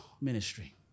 ministry